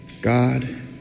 God